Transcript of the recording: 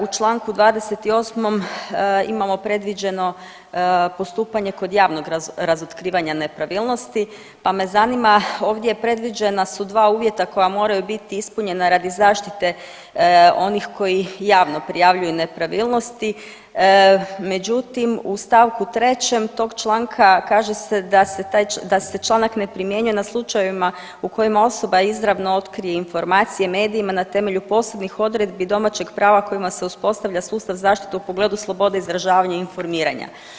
U čl. 28. imamo predviđeno postupanje kod javnog razotkrivanja nepravilnosti, pa me zanima, ovdje predviđena su dva uvjeta koja moraju bit ispunjena radi zaštite onih koji javno prijavljuju nepravilnosti, međutim u st. 3. tog članka kaže se da se članak ne primjenjuje na slučajevima u kojima osoba izravno otkrije informacije medijima na temelju posebnih odredbi domaćeg prava kojima se uspostavlja sustav zaštite u pogledu slobode izražavanja i informiranja.